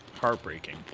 Heartbreaking